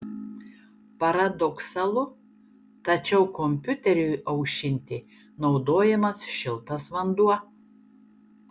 paradoksalu tačiau kompiuteriui aušinti naudojamas šiltas vanduo